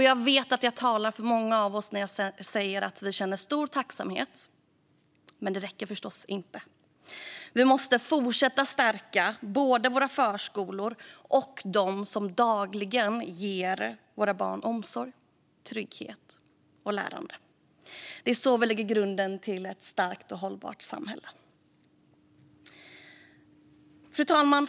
Jag vet att jag talar för många av oss när jag säger att vi känner en stor tacksamhet. Men det räcker förstås inte. Vi måste fortsätta att stärka både våra förskolor och dem som dagligen ger våra barn omsorg, trygghet och lärande. Det är så vi lägger grunden till ett starkt och hållbart samhälle. Fru talman!